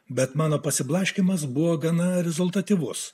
bet mano pasiblaškymas buvo gana rezultatyvus